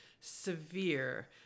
severe